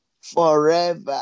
forever